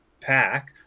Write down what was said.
pack